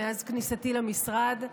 מאז כניסתי למשרד,